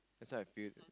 that's what I feel